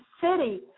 city